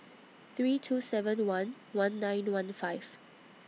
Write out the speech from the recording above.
three two seven one one nine one five